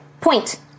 Point